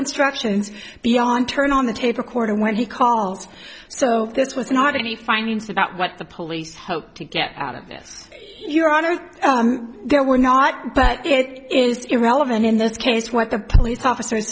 instructions beyond turn on the tape recorder when he calls so this was not any findings about what the police hope to get out of this your honor if there were not but it is irrelevant in this case what the police officer